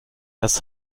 das